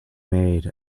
made